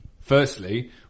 firstly